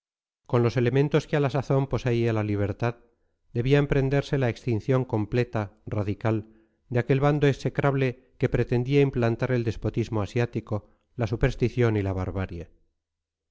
con los elementos que a la sazón poseía la libertad debía emprenderse la extinción completa radical de aquel bando execrable que pretendía implantar el despotismo asiático la superstición y la barbarie